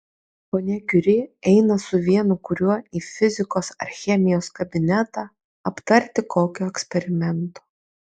ponia kiuri eina su vienu kuriuo į fizikos ar chemijos kabinetą aptarti kokio eksperimento